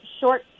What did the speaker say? short